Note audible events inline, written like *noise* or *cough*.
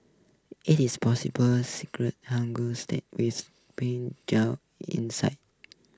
it is *unintelligible* hanger steak with Pink Juicy insides *noise*